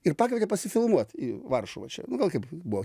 ir pakvietė pasifilmuot į varšuvą čia nu gal kaip buvo